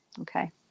Okay